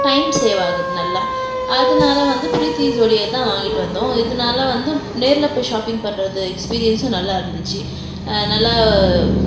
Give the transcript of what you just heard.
time save ஆகுது நல்லா அதனால வந்து பிரீத்தி சோடியாதான் வாங்கிட்டு வந்தோம் இதனால வந்து நேரில் போய் ஷாப்பிங் பண்ணுறது எக்ஸ்பீரியன்ஸ்ஸும் நல்லா இருந்துச்சு நல்லா